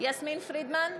יסמין פרידמן,